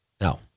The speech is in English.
no